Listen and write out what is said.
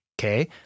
Okay